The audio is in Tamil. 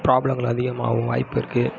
பிராப்ளங்கள் அதிகமாகவும் வாய்ப்பிருக்கு